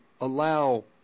allow